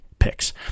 Picks